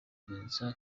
vincent